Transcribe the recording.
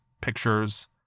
pictures